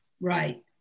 right